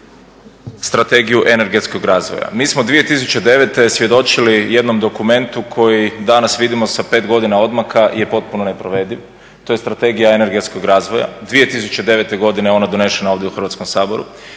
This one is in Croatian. Strategiju energetskog razvoja. Mi smo 2009. svjedočili jednom dokumentu koji danas vidimo sa 5 godina odmaka je potpuno neprovediv. To je Strategija energetskog razvoja. 2009. godine ona je donešena ovdje u Hrvatskom saboru.